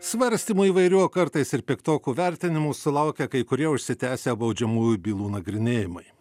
svarstymų įvairių o kartais ir piktokų vertinimų sulaukia kai kurie užsitęsę baudžiamųjų bylų nagrinėjimai